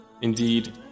Indeed